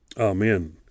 Amen